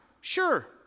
Sure